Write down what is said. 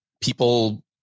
people